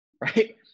right